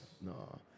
No